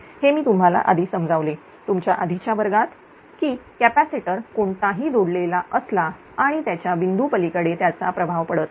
हे मी तुम्हाला आधी समजावले तुमच्या आधीच्या वर्गात की कॅपॅसिटर कोणताही जोडलेला असला आणि त्याच्या बिंदू पलीकडे त्याचा प्रभाव पडत नाही